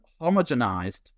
homogenized